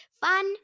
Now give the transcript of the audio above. Fun